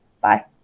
Bye